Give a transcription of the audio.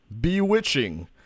bewitching